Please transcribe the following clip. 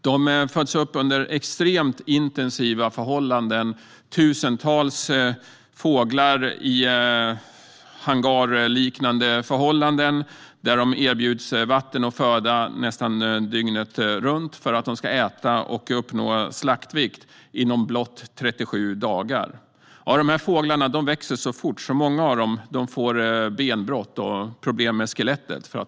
De föds upp under extremt intensiva förhållanden med tusentals fåglar i hangarliknande byggnader, där de erbjuds vatten och föda nästan dygnet runt för att de ska äta och uppnå slaktvikt inom blott 37 dagar. Dessa fåglar växer så fort att många av dem får benbrott och problem med skelettet.